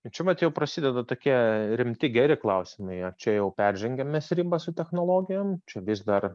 čia vat jau prasideda tokie rimti geri klausimai ar čia jau peržengiam mes ribą su technologijom čia vis dar